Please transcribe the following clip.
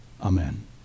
Amen